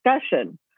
discussion